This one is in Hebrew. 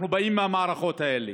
אנחנו באים מהמערכות האלה.